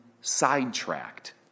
sidetracked